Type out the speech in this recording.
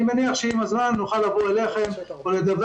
אני מניח שעם הזמן נוכל לבוא אליכם ולדווח